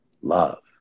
love